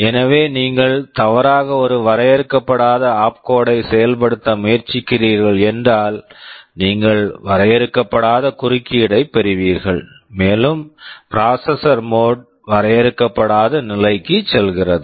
எனவே நீங்கள் தவறாக ஒரு வரையறுக்கப்படாத ஆப்கோட் opcode ஐ செயல்படுத்த முயற்சிக்கிறீர்கள் என்றால் நீங்கள் வரையறுக்கப்படாத குறுக்கீட்டைப் பெறுவீர்கள் மேலும் ப்ராசஸர் மோட் processor mode வரையறுக்கப்படாத நிலைக்குச் செல்கிறது